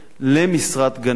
למשרת גננת.